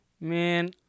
Man